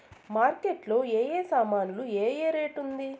Market లో ఏ ఏ సామాన్లు ఏ ఏ రేటు ఉంది?